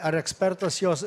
ar ekspertas jos